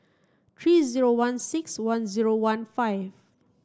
three zero one six one zero one five